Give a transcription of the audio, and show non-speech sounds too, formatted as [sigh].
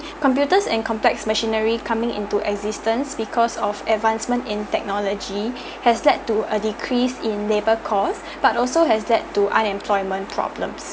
[breath] computers and complex machinery coming into existence because of advancement in technology [breath] has led to a decrease in labour costs [breath] but also has led to unemployment problems